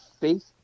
faith